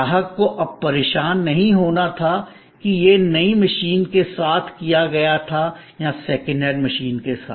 ग्राहक को अब परेशान नहीं होना था कि यह नई मशीन के साथ किया गया था या सेकंड हैंड मशीन के साथ